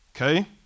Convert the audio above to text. Okay